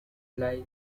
life